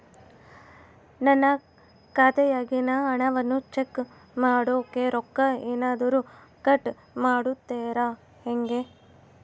ನನ್ನ ಖಾತೆಯಾಗಿನ ಹಣವನ್ನು ಚೆಕ್ ಮಾಡೋಕೆ ರೊಕ್ಕ ಏನಾದರೂ ಕಟ್ ಮಾಡುತ್ತೇರಾ ಹೆಂಗೆ?